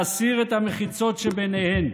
ולהסיר את המחיצות שביניהן.